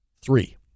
three